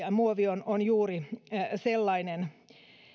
ja mikromuovi on juuri sellainen